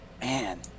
Man